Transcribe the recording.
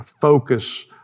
focus